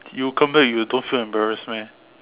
you come back you don't feel embarrassed meh